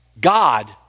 God